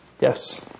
Yes